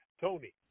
Tony